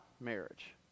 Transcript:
marriage